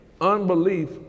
Unbelief